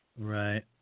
right